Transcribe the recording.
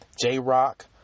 J-Rock